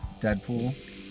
Deadpool